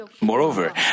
moreover